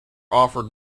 offered